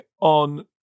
on